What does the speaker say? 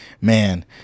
man